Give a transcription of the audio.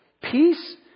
Peace